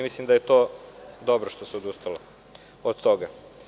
Mislim da je dobro što se odustalo od toga.